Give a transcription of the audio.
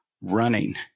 running